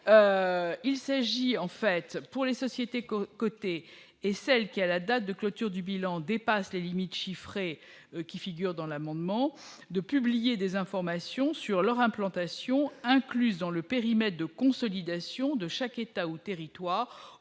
il s'agit en fait pour les sociétés comme côté et celle qui a la date de clôture du bilan dépasse les limites chiffrées qui figure dans l'amendement de publier des informations sur leur implantation incluse dans le périmètre de consolidation de chaque État ou territoire